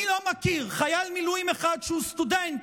אני לא מכיר חייל מילואים אחד שהוא סטודנט